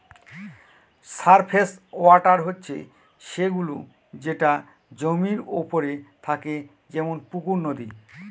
surface water হচ্ছে সে গুলো যেটা জমির ওপরে থাকে যেমন পুকুর, নদী